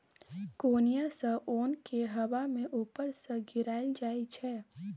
कोनियाँ सँ ओन केँ हबा मे उपर सँ गिराएल जाइ छै